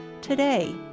today